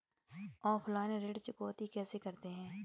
Offline ऋण चुकौती कैसे करते हैं?